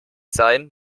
sein